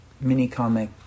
mini-comic